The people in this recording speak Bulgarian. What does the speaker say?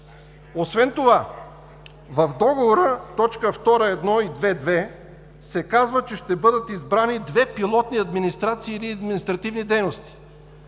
Освен това, в Договора т. 2 – 1 и 2.2. се казва, че ще бъдат избрани две пилотни администрации или административни дейности,